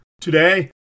Today